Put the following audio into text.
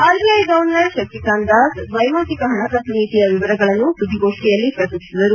RBI governor Shaktikanta Das ದ್ವೈಮಾಸಿಕ ಹಣಕಾಸು ನೀತಿಯ ವಿವರಗಳನ್ನು ಸುದ್ದಿಗೋಷ್ಣಿಯಲ್ಲಿ ಪ್ರಕಟಿಸಿದರು